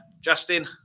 Justin